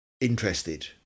interested